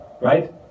right